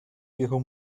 viejo